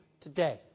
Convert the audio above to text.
today